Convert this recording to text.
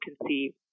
conceive